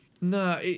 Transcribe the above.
No